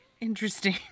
Interesting